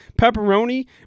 pepperoni